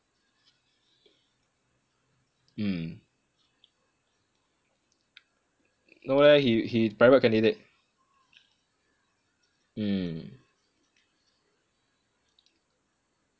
mm no leh he he's private candidate mm